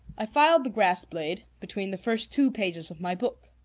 i filed the grass blade between the first two pages of my book.